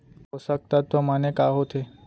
पोसक तत्व माने का होथे?